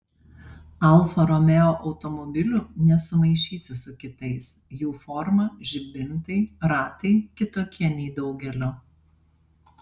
alfa romeo automobilių nesumaišysi su kitais jų forma žibintai ratai kitokie nei daugelio